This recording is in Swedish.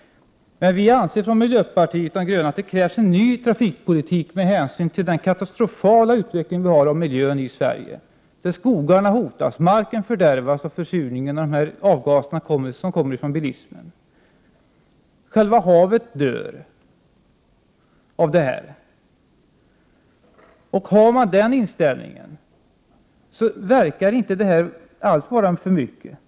Vi i miljöpartiet anser att det krävs en ny trafikpolitik med hänsyn till den katastrofala utveckling som sker i Sverige på miljöområdet. Skogarna hotas och marken fördärvas genom försurning på grund av avgaserna från bilismen. Själva havet dör. Har man den inställningen verkar inte 65 miljarder vara för mycket.